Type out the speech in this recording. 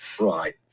Right